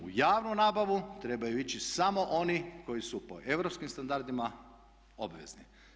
U javnu nabavu trebaju ići samo oni koji su po europskim standardima obvezni.